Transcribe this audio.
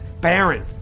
Baron